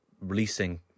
releasing